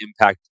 impact